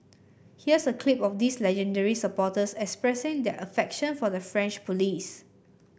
here's a clip of these legendary supporters expressing their affection for the French police